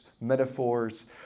metaphors